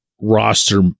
roster